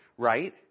Right